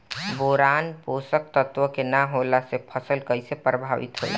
Boron पोषक तत्व के न होला से फसल कइसे प्रभावित होला?